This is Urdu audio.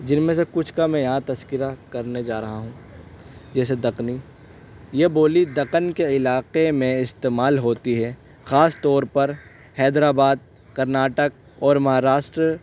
جن میں سے کچھ کا میں یہاں تذکرہ کرنے جا رہا ہوں جیسے دکنی یہ بولی دکن کے علاقے میں استعمال ہوتی ہے خاص طور پر حیدر آباد کرناٹک اور مہاراشٹر